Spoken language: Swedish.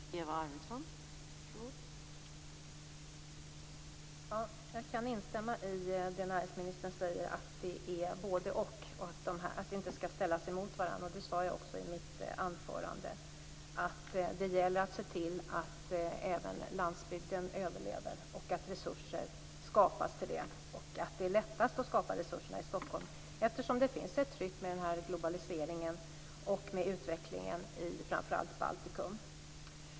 Fru talman! Jag kan instämma i det som näringsministern säger om detta med både-och och att områden inte skall ställas emot varandra, vilket jag också sade i mitt anförande. Det gäller att se till att även landsbygden överlever och att resurser skapas för detta. Men det är lättast att skapa resurserna i Stockholm eftersom det finns ett tryck i och med globaliseringen och utvecklingen i framför allt Baltikum.